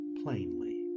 plainly